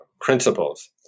principles